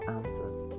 answers